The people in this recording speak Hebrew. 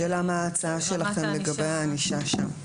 10:20) השאלה היא מה ההצעה שלכם לגבי הענישה שם.